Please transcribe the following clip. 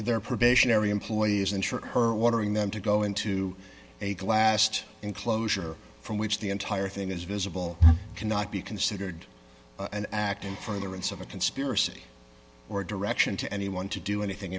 their probationary employees and for her watering them to go into a glassed enclosure from which the entire thing is visible cannot be considered an act in furtherance of a conspiracy or direction to anyone to do anything